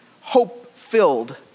hope-filled